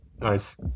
Nice